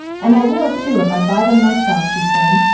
and i will, too, if i buy them myself, she said,